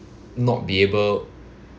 not be able